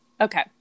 Okay